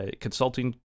consulting